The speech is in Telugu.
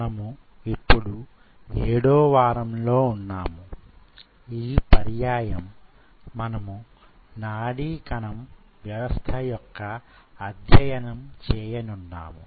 మనము ఇప్పుడు ఏడో వారం లో ఉన్నాము ఈ పర్యాయం మనము నాడీ కణం వ్యవస్థ యొక్క అధ్యయనం చేయనున్నాము